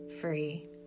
free